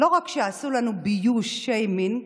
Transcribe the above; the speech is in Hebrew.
לא רק שעשו לנו ביוש, שיימינג,